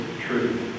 truth